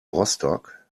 rostock